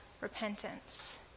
repentance